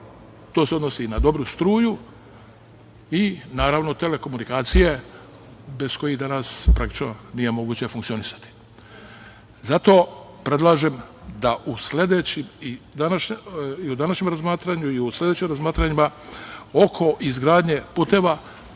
to se odnosi i na dobru struju, telekomunikacije bez kojih danas, praktično, nije moguće funkcionisati. Zato predlažem da u današnjem i u sledećem razmatranjima oko izgradnje puteva